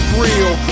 real